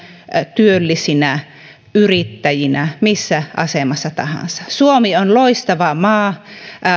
työllisinä yrittäjinä missä asemassa tahansa suomi on loistava maa